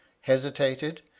hesitated